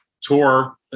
tour